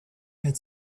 had